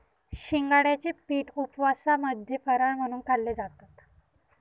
शिंगाड्याचे पीठ उपवासामध्ये फराळ म्हणून खाल्ले जातात